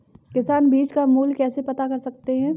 किसान बीज का मूल्य कैसे पता कर सकते हैं?